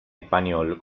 español